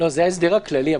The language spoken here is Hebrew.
זה ההסדר הכללי.